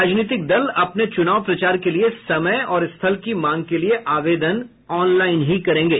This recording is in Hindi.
राजनीतिक दल अपने चुनाव प्रचार के लिए समय और स्थल की मांग के लिए आवेदन ऑनलाईन ही करेंगे